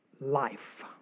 Life